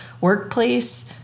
workplace